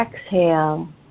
exhale